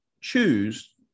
choose